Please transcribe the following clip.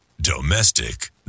Domestic